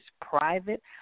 private